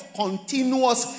continuous